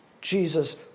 Jesus